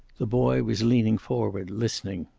the boy was leaning forward, listening.